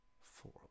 four